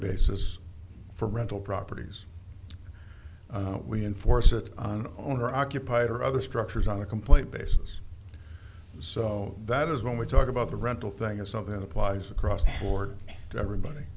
basis for rental properties we enforce it on owner occupied or other structures on a complaint basis so that is when we talk about the rental thing is something that applies across the board to everybody